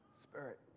spirit